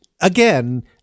again